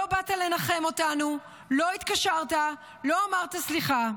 לא באת לנחם אותנו, לא התקשרת, לא אמרת סליחה.